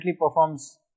performs